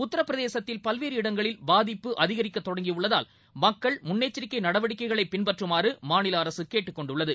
உத்தரபிரதேசத்தில் பல்வேறு இடங்களில் பாதிப்பு அதிகரிக்கத் தொடங்கியுள்ளதால் மக்கள் முன்னெச்சரிக்கைநடவடிக்கைகளைபின்பற்றுமாறுமாநிலஅரசுகேட்டுக்கொண்டுள்ளது